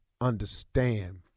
understand